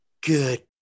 Good